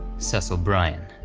cecil bryan,